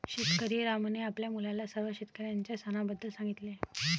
शेतकरी रामूने आपल्या मुलाला सर्व शेतकऱ्यांच्या सणाबद्दल सांगितले